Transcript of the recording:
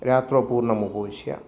रात्रौ पूर्णम् उपविश्य